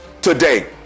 today